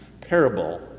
parable